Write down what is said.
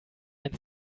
ein